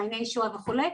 את מעייני הישועה וכולי.